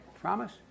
Promise